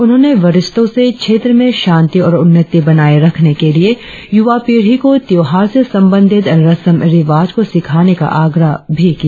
उन्होंने वरिष्ठों से क्षेत्र में शांति और उन्नति बनाए रखने के लिए युवा पीढ़ी को त्योहार से संबंध रसम रिवाज को सिखाने का आग्रह भी किया